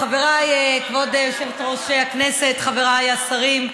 חבריי, כבוד יושבת-ראש הכנסת, חבריי השרים,